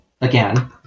again